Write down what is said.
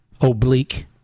oblique